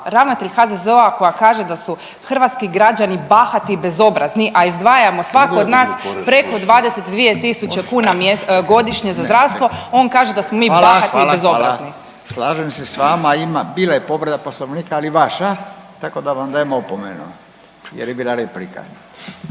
ravnatelj HZZO-a koja kaže da su hrvatski građani bahati i bezobrazni, a izdvajamo svako od nas preko 22 tisuće kuna godišnje za zdravstvo, on kaže da smo mi bahati i bezobrazni! **Radin, Furio (Nezavisni)** Hvala. Hvala. Hvala. Slažem se s vama, ima, bila je povreda Poslovnika, ali vaša, tako da vam dajem opomenu jer je bila replika.